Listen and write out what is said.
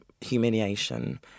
humiliation